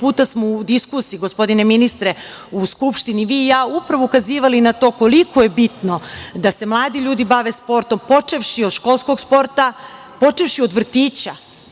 puta smo u diskusiji, gospodine ministre, u Skupštini vi i ja upravo ukazivali na to koliko je bitno da se mladi ljudi bave sportom, počevši od školskog sporta, počevši od vrtića.